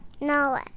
No